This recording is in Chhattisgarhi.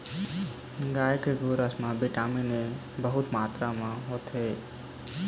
गाय के गोरस म बिटामिन ए बहुत मातरा म होथे